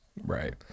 Right